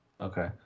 Okay